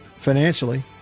financially